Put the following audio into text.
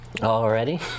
Already